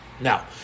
Now